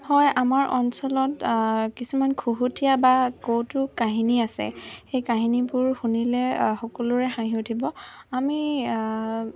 হয় আমাৰ অঞ্চলত কিছুমান খুহুতীয়া বা কৌতুক কাহিনী আছে সেই কাহিনীবোৰ শুনিলে সকলোৰে হাঁহি উঠিব আমি